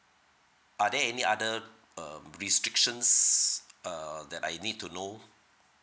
are there any other um restrictions err that I need to know